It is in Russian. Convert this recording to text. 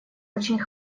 очень